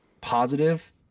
positive